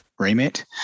remit